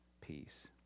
peace